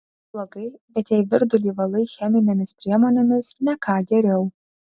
blogai bet jei virdulį valai cheminėmis priemonėmis ne ką geriau